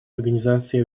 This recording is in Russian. организации